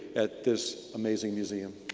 at this amazing museum.